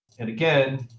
and again,